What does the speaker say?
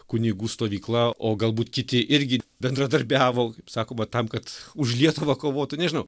kunigų stovykla o galbūt kiti irgi bendradarbiavo kaip sakoma tam kad už lietuvą kovotų nežinau